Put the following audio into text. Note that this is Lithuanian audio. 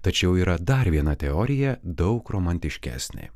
tačiau yra dar viena teorija daug romantiškesnė